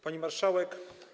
Pani Marszałek!